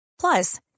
Plus